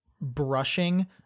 brushing